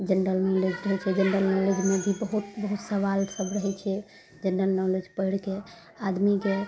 general knowledge रहय छै general नॉलेजमे भी बहुत बहुत सवाल सब रहय छै जेनरल नॉलेज पढ़िके आदमीके